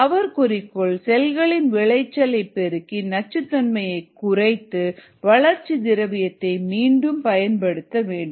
அவர் குறிக்கோள் செல்களின் விளைச்சலைப் பெருக்கி நச்சுத் தன்மையை குறைத்து வளர்ச்சி திரவியத்தை மீண்டும் பயன்படுத்த வேண்டும்